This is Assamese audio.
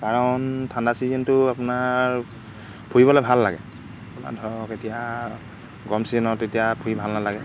কাৰণ ঠাণ্ডা চিজনটো আপোনাৰ ফুৰিবলৈ ভাল লাগে আপোনাৰ ধৰক এতিয়া গৰম ছিজনত এতিয়া ফুৰি ভাল নালাগে